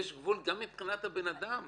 יש גבול גם מבחינת הבן אדם.